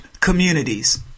communities